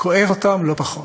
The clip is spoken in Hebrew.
כואב אותם לא פחות,